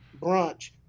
brunch